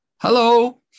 Hello